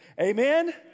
Amen